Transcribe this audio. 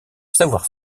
savoir